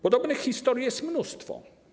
Podobnych historii jest mnóstwo.